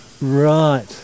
Right